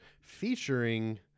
featuring